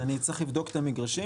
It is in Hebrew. אז אני צריך לבדוק את המגרשים.